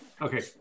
Okay